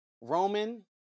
Roman